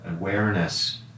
awareness